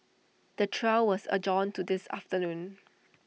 the trial was adjourned to this afternoon